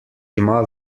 ima